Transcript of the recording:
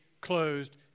closed